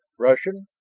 russian.